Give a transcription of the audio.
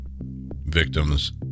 Victims